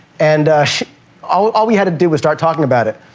and all all we had to do was start talking about it.